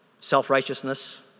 self-righteousness